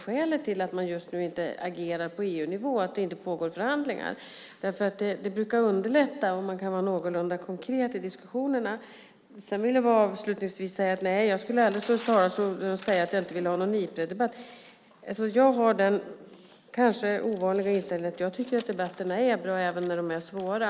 Skälet till att man just nu inte agerar på EU-nivå är att det inte pågår förhandlingar. Det brukar underlätta om man kan vara någorlunda konkret i diskussionerna. Avslutningsvis vill jag säga att jag aldrig skulle stå i talarstolen och säga att jag inte vill ha någon debatt om Ipred. Jag har den kanske ovanliga inställningen att jag tycker att debatterna är bra även när de är svåra.